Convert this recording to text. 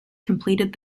completed